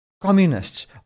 communists